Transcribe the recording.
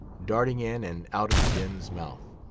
darting in and out of the den's mouth.